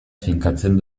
finkatzen